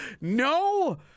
No